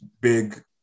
big